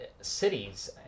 cities